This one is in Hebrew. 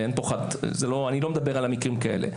אני לא מדבר על מקרים כאלה.